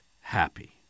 happy